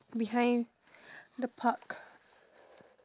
behind the park